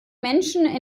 menschen